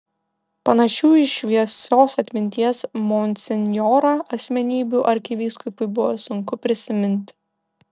panašių į šviesios atminties monsinjorą asmenybių arkivyskupui buvo sunku prisiminti